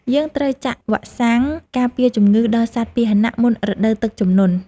យើងត្រូវចាក់វ៉ាក់សាំងការពារជំងឺដល់សត្វពាហនៈមុនរដូវទឹកជំនន់។